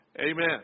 amen